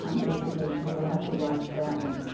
um basic aid, so we'll have to watch that one.